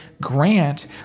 grant